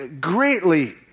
greatly